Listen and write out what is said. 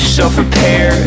Self-repair